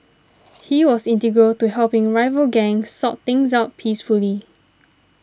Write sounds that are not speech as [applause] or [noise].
[noise] he was integral to helping rival gangs sort things out peacefully